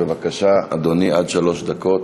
בבקשה, אדוני, עד שלוש דקות.